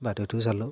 বাতৰিটো চালোঁ